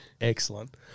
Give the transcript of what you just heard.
Excellent